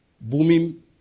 booming